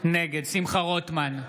נגד שמחה רוטמן,